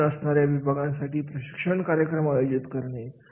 कमी गुण असणाऱ्या विभागांसाठी प्रशिक्षण कार्यक्रम आयोजित करणे